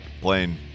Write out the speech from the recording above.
playing